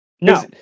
No